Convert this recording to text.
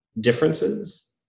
differences